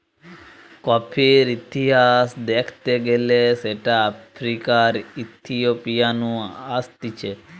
কফির ইতিহাস দ্যাখতে গেলে সেটা আফ্রিকার ইথিওপিয়া নু আসতিছে